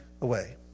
away